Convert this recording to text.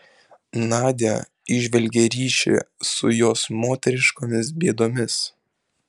nadia įžvelgė ryšį su jos moteriškomis bėdomis